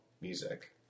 music